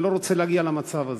אני לא רוצה להגיע למצב הזה.